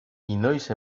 inoiz